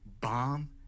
bomb